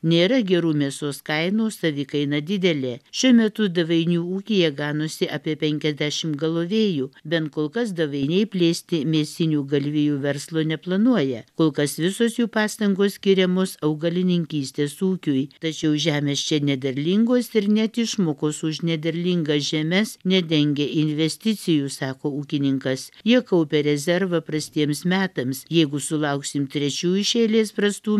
nėra gerų mėsos kainų savikaina didelė šiuo metu davainių ūkyje ganosi apie penkiasdešimt galovėjų bent kol kas davainiai plėsti mėsinių galvijų verslo neplanuoja kol kas visos jų pastangos skiriamos augalininkystės ūkiui tačiau žemės čia nederlingos ir net išmokos už nederlingas žemes nedengia investicijų sako ūkininkas jie kaupia rezervą prastiems metams jeigu sulauksim trečių iš eilės prastų